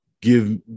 give